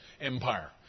Empire